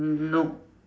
no